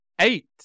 Eight